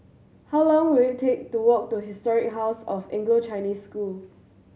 how long will it take to walk to Historic House of Anglo Chinese School